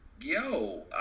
yo